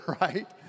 right